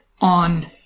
on